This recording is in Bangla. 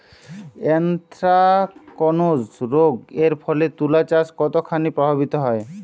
এ্যানথ্রাকনোজ রোগ এর ফলে তুলাচাষ কতখানি প্রভাবিত হয়?